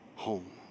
home